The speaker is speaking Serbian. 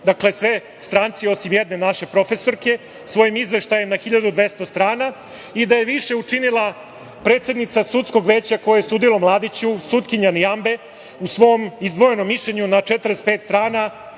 dakle sve stranci osim jedne naše profesorke, svojim izveštajem na 1.200 strana i da je više učinila predsednica sudskog veća koje je sudilo Mladiću, sudija Nijambe u svom izdvojenom mišljenju na 45 strana,